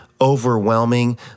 overwhelming